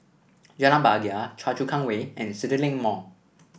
Jalan Bahagia Choa Chu Kang Way and CityLink Mall